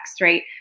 right